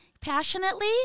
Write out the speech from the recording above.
passionately